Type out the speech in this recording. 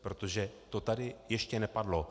Protože to tady ještě nepadlo.